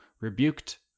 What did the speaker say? rebuked